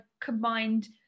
combined